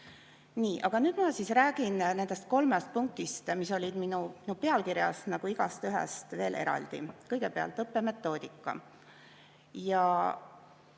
Nii, aga nüüd ma räägin nendest kolmest punktist, mis olid minu pealkirjas, igastühest veel eraldi. Kõigepealt õppemetoodika.